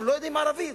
אנחנו לא יודעים ערבית,